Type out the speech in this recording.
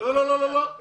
אני נכנסתי?